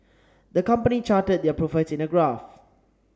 the company charted their profits in a graph